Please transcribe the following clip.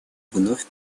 вновь